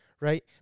right